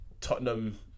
Tottenham